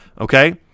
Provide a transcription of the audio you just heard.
okay